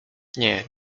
nie